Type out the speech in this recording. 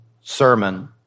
sermon